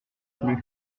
plus